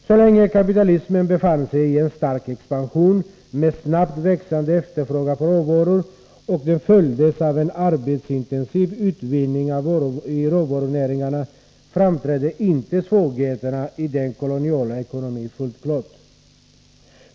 Så länge kapitalismen befann sig i en stark expansion, med snabbt växande efterfrågan på råvaror, som följdes av en arbetsintensiv utvinning i råvarunäringarna, framträdde inte svagheterna i den koloniala ekonomin fullt klart.